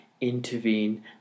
intervene